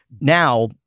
now